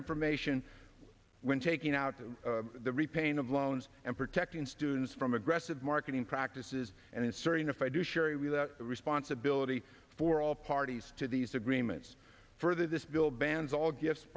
information when taking out the repaying of loans and protecting students from aggressive marketing practices and inserting if i do share a real responsibility for all parties to these agreements further this bill bans all gifts